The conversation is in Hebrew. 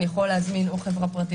כל הדברים האלה.